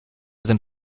sind